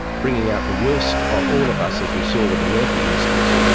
bringing out the worst of all of us as we saw with the murphy instance,